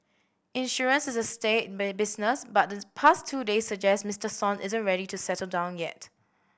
insurance is a staid business but the past two days suggest Mister Son isn't ready to settle down yet